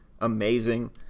amazing